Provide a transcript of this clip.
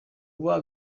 uba